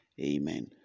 amen